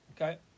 Okay